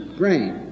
brain